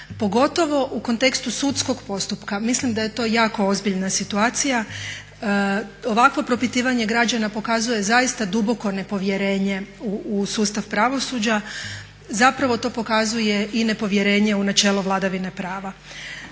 pogotovo u kontekstu sudskog postupka. Mislim da je to jako ozbiljna situacija. Ovakvo propitivanje građana pokazuje zaista duboko nepovjerenje u sustav pravosuđa. Zapravo to pokazuje i nepovjerenje u načelo vladavine prava.